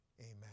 Amen